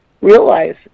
realize